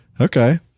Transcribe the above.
Okay